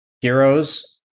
heroes